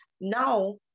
Now